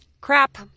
Crap